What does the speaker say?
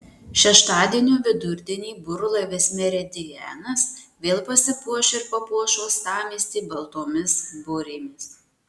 šeštadienio vidurdienį burlaivis meridianas vėl pasipuoš ir papuoš uostamiestį baltomis burėmis